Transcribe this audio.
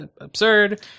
absurd